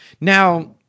now